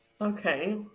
okay